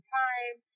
time